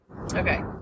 Okay